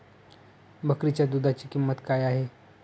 बकरीच्या दूधाची किंमत काय आहे?